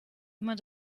immer